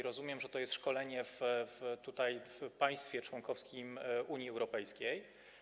Rozumiem, że to jest szkolenie w państwie członkowskim Unii Europejskiej.